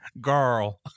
Girl